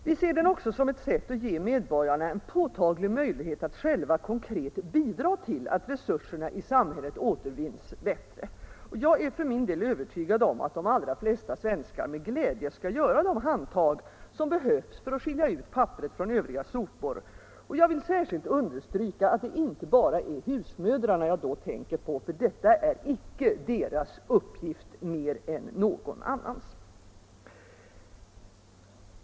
Vi ser den också som ett sätt att ge medborgarna en påtaglig möjlighet att själva konkret bidra till att resurserna i samhället återvinns bättre. Jag är för min del övertygad om att de allra flesta svenskar med glädje skall ta de handtag som behövs för att skilja ut papperet från övriga sopor. Och jag vill särskilt understryka att det inte bara är husmödrarna jag då tänker på, för detta är inte deras uppgift mer än någon annans.